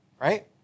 right